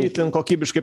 itin kokybiškai